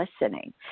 listening